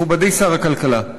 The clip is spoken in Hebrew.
מכובדי שר הכלכלה,